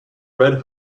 red